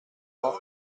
vingts